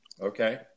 okay